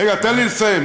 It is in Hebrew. רגע, תן לי לסיים.